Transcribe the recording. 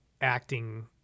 acting